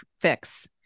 fix